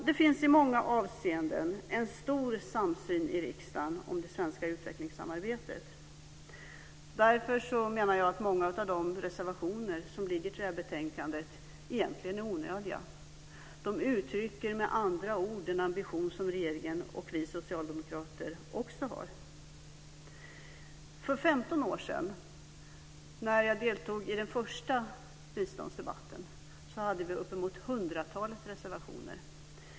Det finns i många avseenden en stor samsyn i riksdagen om det svenska utvecklingssamarbetet. Därför menar jag att många av de reservationer som finns i det här betänkandet egentligen är onödiga. De uttrycker med andra ord den ambition som regeringen och vi socialdemokrater också har. För 15 år sedan när jag deltog i den första biståndsdebatten hade vi uppemot hundratalet reservationer.